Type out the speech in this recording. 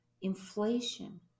inflation